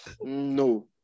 No